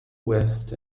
west